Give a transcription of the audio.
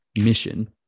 mission